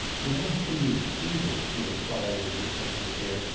well, can you beat it? he inquired of the empty air.